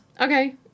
okay